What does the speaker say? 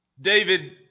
David